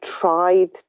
tried